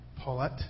Paulette